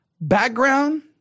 Background